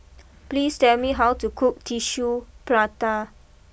please tell me how to cook Tissue Prata